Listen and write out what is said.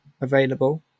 available